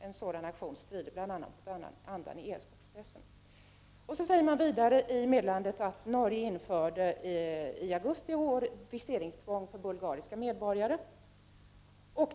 En sådan aktion strider bl.a. mot andan i ESK-processen.” Man säger vidare: ”Norge införde den 11 augusti i år viseringstvång för bulgariska medborgare.